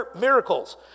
miracles